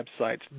websites